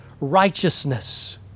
righteousness